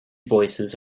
voices